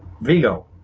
Vigo